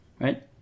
right